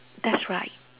that's right